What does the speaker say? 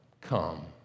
come